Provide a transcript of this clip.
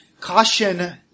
caution